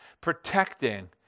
protecting